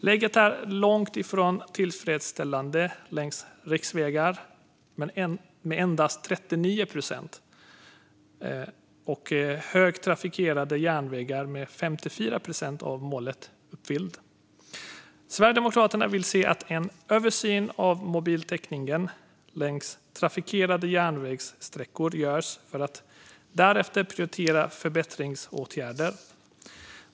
Läget är långt ifrån tillfredsställande längs riksvägar - där är endast 39 procent av målet uppfyllt - och högtrafikerade järnvägar, där 54 procent av målet är uppfyllt. Sverigedemokraterna vill se att en översyn av mobiltäckningen längs trafikerade järnvägssträckor görs och att man därefter prioriterar förbättringsåtgärder.